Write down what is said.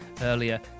earlier